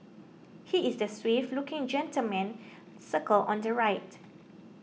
he is the suave looking gentleman circled on the right